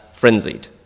frenzied